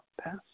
pass